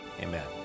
Amen